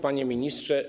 Panie Ministrze!